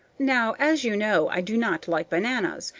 now, as you know, i do not like bananas,